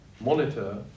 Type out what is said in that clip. monitor